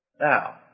Now